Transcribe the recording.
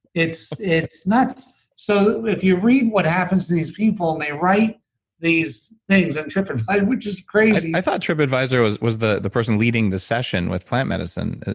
it's it's nuts. so if you read what happens to these people, and they write these things on um trip advisor which is crazy i thought trip advisor was was the the person leading the session with plant medicine